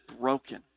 broken